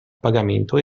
pagamento